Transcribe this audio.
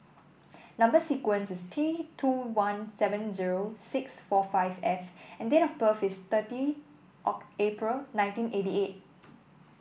number sequence is T two one seven zero six four five F and date of birth is thirty April nineteen eighty eight